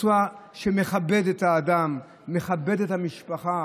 מקצוע שמכבד את האדם, מכבד את המשפחה,